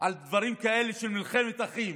על דברים כאלה של מלחמת אחים.